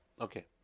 Okay